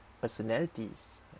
personalities